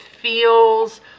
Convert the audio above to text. feels